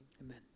Amen